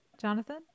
Jonathan